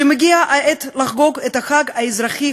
כשמגיעה העת לחגוג את החג האזרחי,